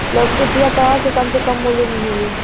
लौकी के बिया कहवा से कम से कम मूल्य मे मिली?